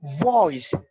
voice